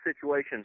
situations